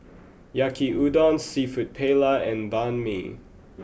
Yaki Udon Seafood Paella and Banh Mi